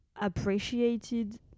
appreciated